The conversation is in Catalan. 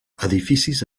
edificis